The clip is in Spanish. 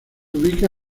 ubica